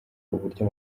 uburyo